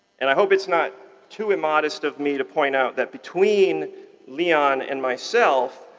and i hope it's not too immodest of me to point out that between leon and myself,